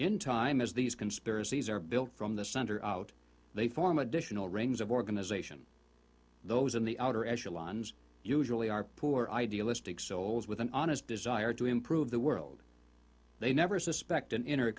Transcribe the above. in time as these conspiracies are built from the center out they form additional rings of organization those in the outer actual lines usually are poor idealistic souls with an honest desire to improve the world they never suspected